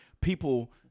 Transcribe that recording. people